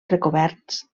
recoberts